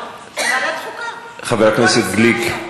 חבר הכנסת גליק,